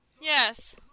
Yes